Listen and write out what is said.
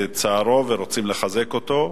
בצערו ורוצים לחזק אותו.